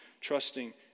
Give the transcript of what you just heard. trusting